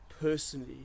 personally